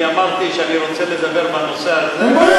אני אמרתי שאני רוצה לדבר בנושא הזה,